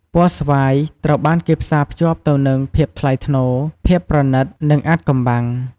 ពណ៌ស្វាយ ត្រូវបានគេផ្សារភ្ជាប់ទៅនឹង ភាពថ្លៃថ្នូរ ភាពប្រណីត និង អាថ៌កំបាំង។